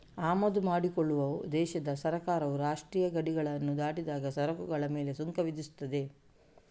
ಆಮದು ಮಾಡಿಕೊಳ್ಳುವ ದೇಶದ ಸರ್ಕಾರವು ರಾಷ್ಟ್ರೀಯ ಗಡಿಗಳನ್ನ ದಾಟಿದಾಗ ಸರಕುಗಳ ಮೇಲೆ ಸುಂಕ ವಿಧಿಸ್ತದೆ